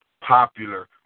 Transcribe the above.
popular